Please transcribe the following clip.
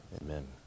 amen